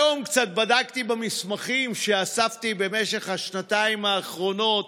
היום קצת בדקתי במסמכים שאספתי במשך השנתיים האחרונות